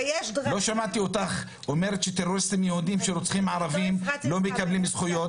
לא שמעתי אותך אומרת שטרוריסטים יהודים שרוצחים ערבים לא מקבלים זכויות.